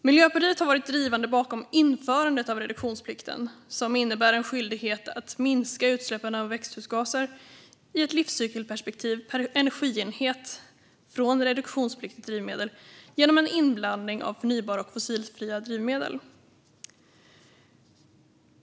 Miljöpartiet har varit drivande bakom införandet av reduktionsplikten, som innebär en skyldighet att minska utsläppen av växthusgaser från reduktionspliktiga drivmedel i ett livscykelperspektiv per energienhet genom inblandning av förnybara eller fossilfria drivmedel.